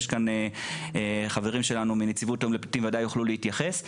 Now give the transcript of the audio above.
יש כאן חברים שלנו מנציבות האו"ם לפליטים שבוודאי יוכלו להתייחס לכך.